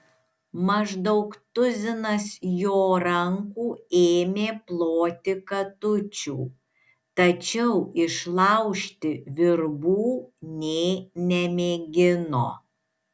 maždaug tuzinas jo rankų ėmė ploti katučių tačiau išlaužti virbų nė nemėgino